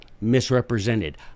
misrepresented